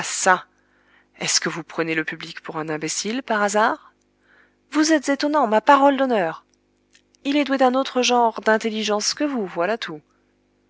çà est-ce que vous prenez le public pour un imbécile par hasard vous êtes étonnant ma parole d'honneur il est doué d'un autre genre d'intelligence que vous voilà tout